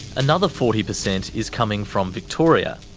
another forty percent is coming from victoria,